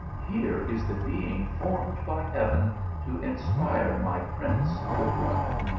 here is the being formed by heaven to inspire my prince with love.